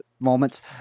moments